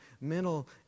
mental